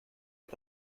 wir